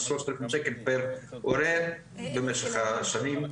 3,000 שקלים פר הורה במשך השנים.